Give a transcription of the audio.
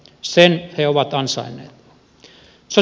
sen he ovat ansainneet